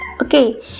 Okay